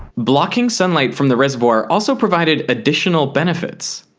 blocking sunlight from the reservoir also provided additional benefits.